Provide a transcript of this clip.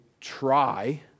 Try